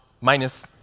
minus